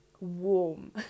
warm